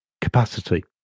capacity